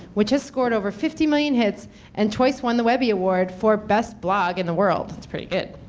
which has scored over fifty million hits and twice won the webby award for best blog in the world. that's pretty good.